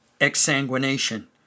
exsanguination